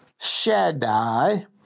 Shaddai